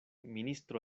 ministro